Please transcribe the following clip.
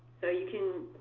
so you can